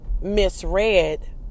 misread